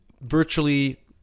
virtually